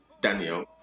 Daniel